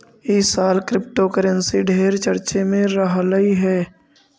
ई साल क्रिप्टोकरेंसी ढेर चर्चे में रहलई हे